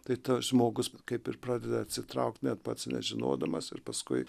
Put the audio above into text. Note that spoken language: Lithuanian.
tai tas žmogus kaip ir pradeda atsitraukt net pats nežinodamas ir paskui